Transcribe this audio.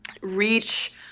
reach